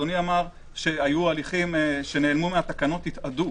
אדוני אמר שהיו הליכים שנעלמו מהתקנות, התאדו.